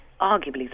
arguably